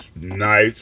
nice